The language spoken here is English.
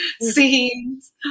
scenes